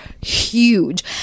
huge